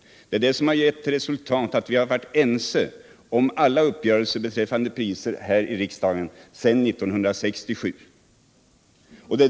Det är detta som har givit till resultat att vi här i riksdagen har varit ense om alla prisuppgörelser sedan 1967.